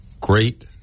Great